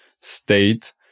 state